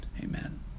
amen